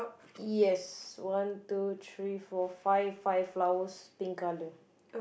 yes one two three four five five flowers pink colour